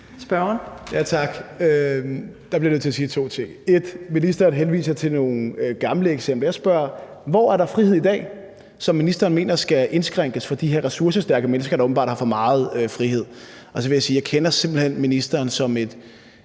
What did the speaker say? Dahlin (V): Tak. Der bliver jeg nødt til at sige to ting: 1) Ministeren henviser til nogle gamle eksempler. Jeg spørger om, hvor der er frihed i dag, som ministeren mener skal indskrænkes for de her ressourcestærke mennesker, der åbenbart har for meget frihed, og 2) at jeg simpelt hen kender ministeren som et